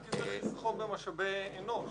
זה חיסכון במשאבי אנוש